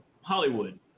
Hollywood